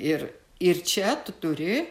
ir ir čia tu turi